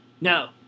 No